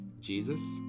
Jesus